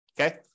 Okay